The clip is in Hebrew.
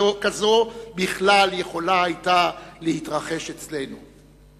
כזאת היתה יכולה להתרחש אצלנו בכלל.